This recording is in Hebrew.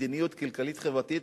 מדיניות כלכלית-חברתית,